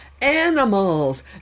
Animals